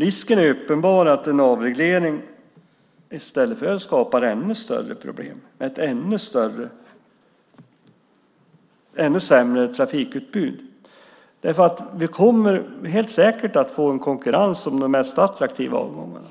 Risken är uppenbar att en avreglering i stället skapar ännu större problem med ännu sämre trafikutbud. Vi kommer säkert att få en konkurrens om de mest attraktiva avgångarna.